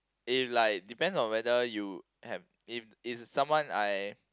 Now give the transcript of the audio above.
if like depends on whether you have if it's someone I